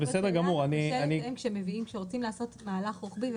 רוצים לעשות מהלך רוחבי,